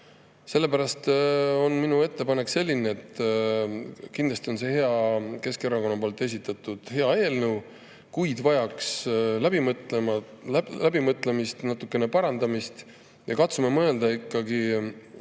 Sellepärast on minu ettepanek selline. Kindlasti on see Keskerakonna esitatud eelnõu hea, kuid vajaks läbimõtlemist ja natukene parandamist. Katsume mõelda ikkagi